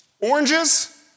Oranges